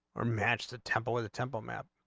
um rematch the temple the temple mount